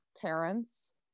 parents